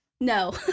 No